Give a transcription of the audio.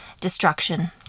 destruction